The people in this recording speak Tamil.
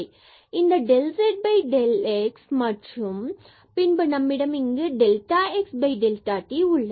இந்த del z del x மற்றும் பின்பு நம்மிடம் இங்கு delta xdelta t உள்ளது